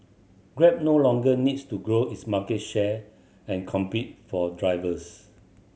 grab no longer needs to grow its market share and compete for drivers